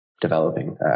developing